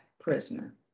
prisoner